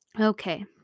Okay